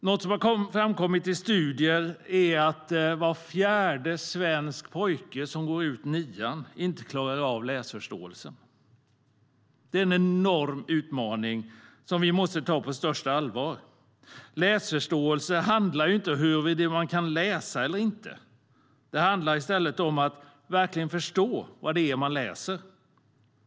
Något som framkommit i studier är att var fjärde svensk pojke som går ut nian inte klarar läsförståelsen. Det är en enorm utmaning som vi måste ta på största allvar. Läsförståelse handlar inte om huruvida man kan läsa eller inte. Det handlar om att verkligen förstå vad det är man läser.